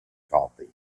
coffee